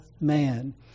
man